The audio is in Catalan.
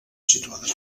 situades